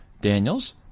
Daniels